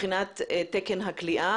בתקן הכליאה